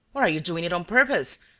or are you doing it on purpose.